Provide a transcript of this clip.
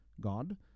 God